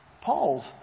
Paul's